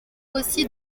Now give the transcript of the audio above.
aussi